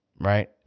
Right